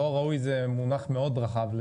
לא ראוי זה מונח מאוד רחב.